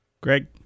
Greg